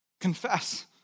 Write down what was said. Confess